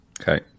Okay